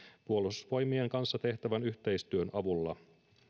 puolustusvoimien kanssa tehtävän yhteistyön avulla